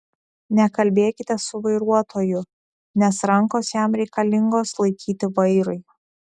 nekalbėkite su vairuotoju nes rankos jam reikalingos laikyti vairui